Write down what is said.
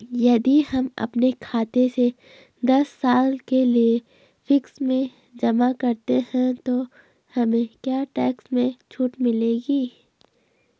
यदि हम अपने खाते से दस साल के लिए फिक्स में जमा करते हैं तो हमें क्या टैक्स में छूट मिलेगी?